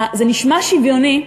זה נשמע שוויוני כשאומרים: